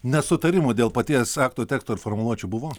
nesutarimo dėl paties akto teksto ir formuluočių buvo